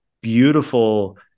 beautiful